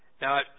Now